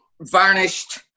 varnished